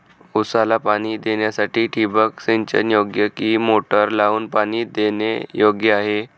ऊसाला पाणी देण्यासाठी ठिबक सिंचन योग्य कि मोटर लावून पाणी देणे योग्य आहे?